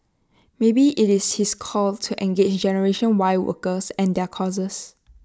maybe IT is his call to engage generation Y workers and their causes